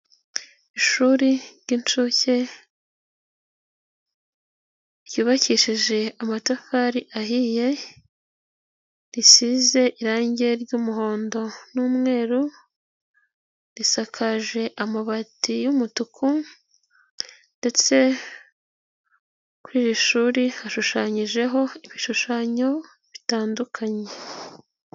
Ishuri ry'inshuke ryibakishije amatafari ahiye, risize irangi ry'umuhondo n'umweru, risakaje amabati y'umutuku, ndetse kuri iri shuri hashushanyijeho ibishushanyo bitandukanye.